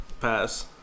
pass